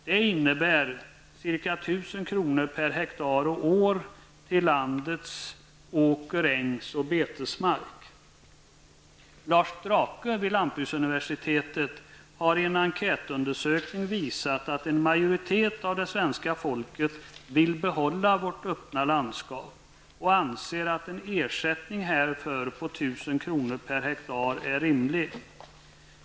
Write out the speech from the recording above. Det innebär 1 000 kr. ha och år är rimlig.